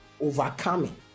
Overcoming